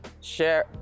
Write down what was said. share